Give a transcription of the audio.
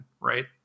right